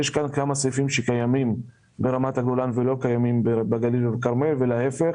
יש כאן כמה סעיפים שקיימים ברמת הגולן ולא קיימים בגליל ובכרמל ולהיפך.